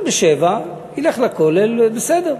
יתפלל ב-07:00, ילך לכולל, בסדר.